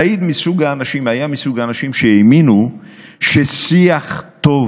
סעיד היה מסוג האנשים שהאמינו ששיח טוב